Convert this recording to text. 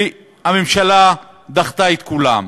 והממשלה דחתה את כולן.